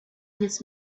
his